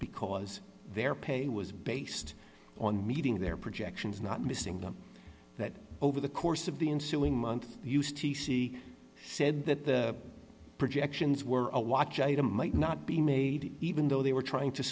because their pay was based on meeting their projections not missing them that over the course of the ensuing month used t c said that the projections were a watch item might not be made even though they were trying to